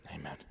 Amen